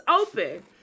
open